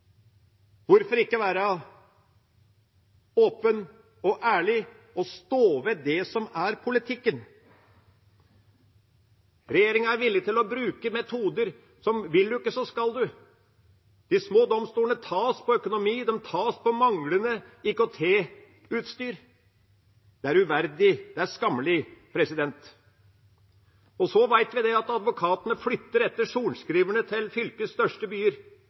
Hvorfor ikke være åpen og ærlig og stå ved det som er politikken? Regjeringa er villig til å bruke metoder som: Vil en ikke, så skal en. De små domstolene tas på økonomi, de tas på manglende IKT-utstyr. Det er uverdig. Det er skammelig. Vi vet at advokatene flytter etter sorenskriverne til fylkets største byer.